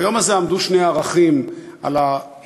ביום הזה עמדו שני ערכים על השולחן: